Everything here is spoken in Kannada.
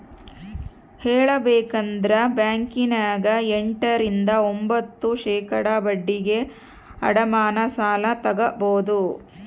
ಹೇಳಬೇಕಂದ್ರ ಬ್ಯಾಂಕಿನ್ಯಗ ಎಂಟ ರಿಂದ ಒಂಭತ್ತು ಶೇಖಡಾ ಬಡ್ಡಿಗೆ ಅಡಮಾನ ಸಾಲ ತಗಬೊದು